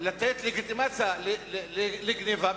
לתת לגיטימציה לגנבה,